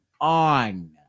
on